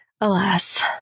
alas